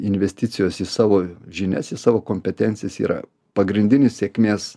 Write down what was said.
investicijos į savo žinias į savo kompetencijas yra pagrindinis sėkmės